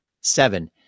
seven